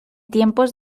tiempos